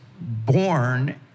born